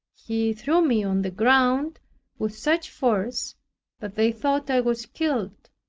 he threw me on the ground with such force that they thought i was killed.